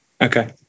Okay